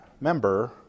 member